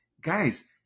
guys